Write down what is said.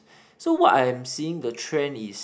so what I am seeing the trend is